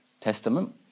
testament